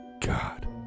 God